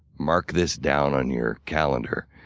mark this down on your calendar.